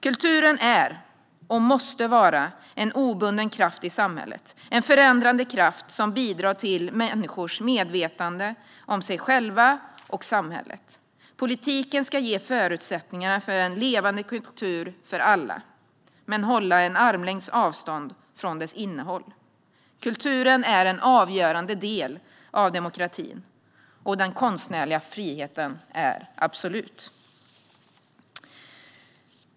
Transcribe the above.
Kulturen är och måste vara en obunden kraft i samhället, en förändrande kraft som bidrar till människors medvetande om sig själva och samhället. Politiken ska ge förutsättningarna för en levande kultur för alla, men hålla en armlängds avstånd från dess innehåll. Kulturen är en avgörande del av demokratin, och den konstnärliga friheten är absolut.